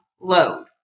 load